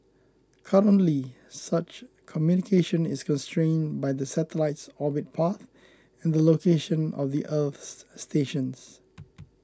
currently such communication is constrained by the satellite's orbit path and the location of the earth stations